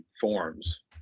forms